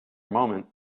moment